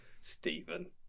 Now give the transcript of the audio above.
Stephen